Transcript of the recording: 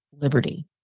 liberty